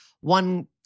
one